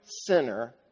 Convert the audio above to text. sinner